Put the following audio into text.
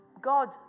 God